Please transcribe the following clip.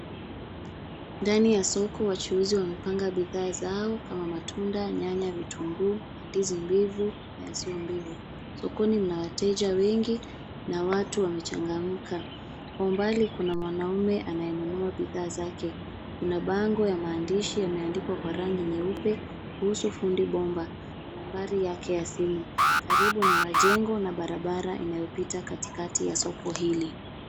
Ndani ya soko wachuuzi wamepanga bidhaa zao kama matunda, nyanya, vitunguu, mandizi mbivu na yasiyo mbivu. Sokoni mna wateja wengi na watu wamechangamka. Kwa umbali kuna mwanaume anayenunua bidhaa zake. Kuna bango ya maandishi yameandikwa kwa rangi nyeupe kuhusu fundi bomba na nambari yake ya simu. Karibu ni majengo na barabara inayopita katikati ya soko hili.